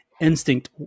instinct